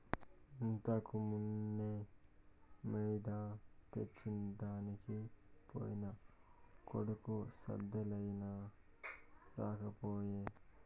ఇంతకుమున్నే మైదా తెచ్చెదనికి పోయిన కొడుకు సందేలయినా రాకపోయే